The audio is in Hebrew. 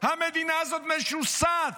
המדינה הזאת משוסעת.